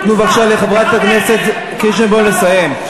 תיתנו בבקשה לחברת הכנסת קירשנבאום לסיים.